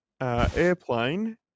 Airplane